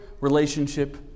relationship